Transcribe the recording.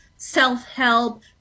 self-help